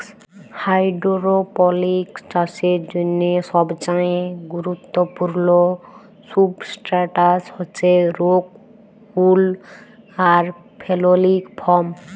hydroponics চাষের জ্যনহে সবচাঁয়ে গুরুত্তপুর্ল সুবস্ট্রাটাস হছে রোক উল আর ফেললিক ফম